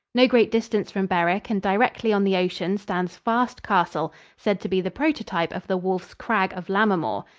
no great distance from berwick and directly on the ocean stands fast castle, said to be the prototype of the wolf's crag of lammermoor.